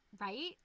Right